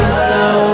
slow